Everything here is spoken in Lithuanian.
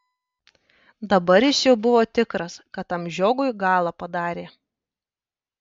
dabar jis jau buvo tikras kad tam žiogui galą padarė